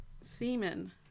Semen